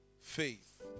faith